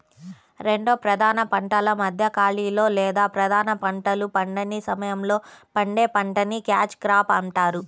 రెండు ప్రధాన పంటల మధ్య ఖాళీలో లేదా ప్రధాన పంటలు పండని సమయంలో పండే పంటని క్యాచ్ క్రాప్ అంటారు